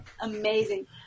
amazing